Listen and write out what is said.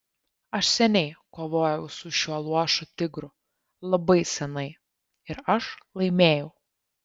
aš seniai kovojau su šiuo luošu tigru labai seniai ir aš laimėjau